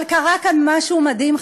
אבל קרה כאן משהו מדהים,